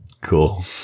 Cool